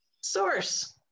Source